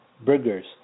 burgers